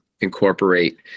incorporate